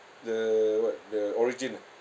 the what the origin ah